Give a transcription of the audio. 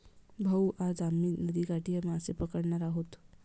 भाऊ, आज आम्ही नदीकाठी मासे पकडणार आहोत